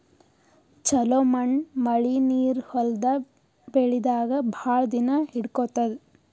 ಛಲೋ ಮಣ್ಣ್ ಮಳಿ ನೀರ್ ಹೊಲದ್ ಬೆಳಿದಾಗ್ ಭಾಳ್ ದಿನಾ ಹಿಡ್ಕೋತದ್